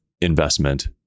investment